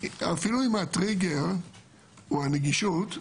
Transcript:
שאפילו אם הטריגר הוא הנגישות,